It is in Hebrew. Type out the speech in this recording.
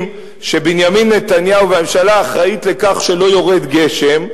שבנימין נתניהו והממשלה אחראים לכך שלא יורד גשם,